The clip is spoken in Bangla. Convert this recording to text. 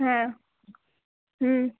হ্যাঁ হুম